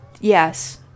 yes